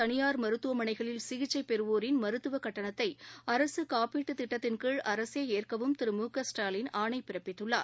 தனியார் மருத்துவமனைகளில் சிகிச்சை பெறுவோரின் மருத்துவக் கட்டணத்தை காப்பீட்டுத் திட்டத்தின்கீழ் அரசே ஏற்கவும் திரு மு க ஸ்டாலின் ஆணை பிறப்பித்துள்ளார்